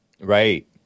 Right